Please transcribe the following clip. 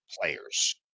players